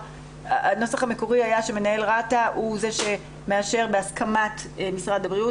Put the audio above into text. הנוסח המקורי היה שמנהל רת"א הוא זה שמאשר בהסכמת משרד הבריאות.